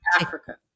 Africa